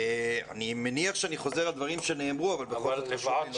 אני מניח שאני חוזר על דברים שנאמרו אבל בכל זאת אני אומר.